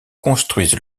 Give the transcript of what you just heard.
construisent